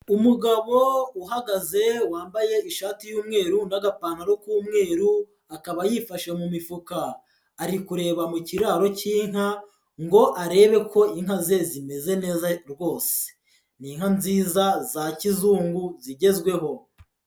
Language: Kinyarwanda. Umugabo uhagaze wambaye ishati y'umweru n'agapantaro k'umweru akaba yifashe mu mifuka, ari kureba mu kiraro cy'inka ngo arebe ko inka ze zimeze neza rwose, n'inka nziza za kizungu zigezweho.